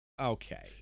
okay